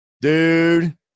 Dude